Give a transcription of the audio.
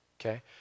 okay